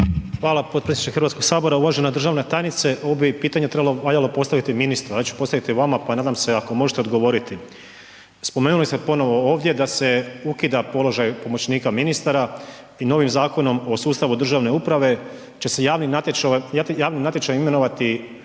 Hvala potpredsjedniče Hrvatskog sabora. Uvažena državna tajnice, ovo bi pitanje valjalo postaviti ministru, ja ću je postaviti vama, pa nadam se ako možete odgovoriti. Spomenuli ste ponovno ovdje, da se ukida položaj pomoćnika ministara i novim Zakonom o sustavu državne uprave, će se javni natječaj imenovati